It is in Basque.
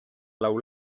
lau